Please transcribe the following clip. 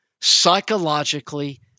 psychologically